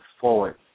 forward